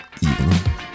evening